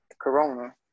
Corona